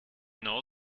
know